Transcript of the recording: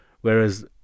Whereas